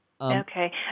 Okay